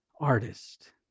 artist